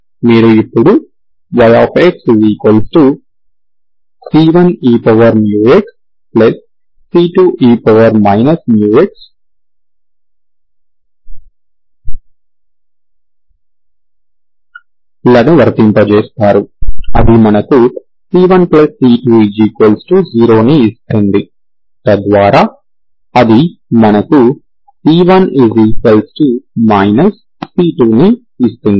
మీరు ఇప్పుడు yxc1eμxc2e μxలను వర్తింపజేస్తారు అది మనకు c1c20 ని ఇస్తుంది తద్వారా అది మనకు c1 c2 ను ఇస్తుంది